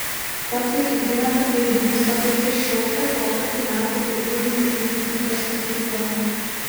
tad sakykime kad leidinys pateikė šiokią tokią tų metų kultūrinių įvykių perspektyvą